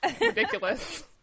ridiculous